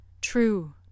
True